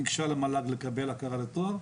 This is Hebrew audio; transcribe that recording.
שניגשה למל"ג לקבל הכרה בתואר.